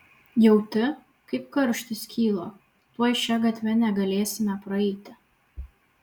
jauti kaip karštis kyla tuoj šia gatve negalėsime praeiti